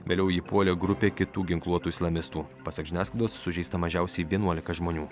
vėliau jį puolė grupė kitų ginkluotų islamistų pasak žiniasklaidos sužeista mažiausiai vienuolika žmonių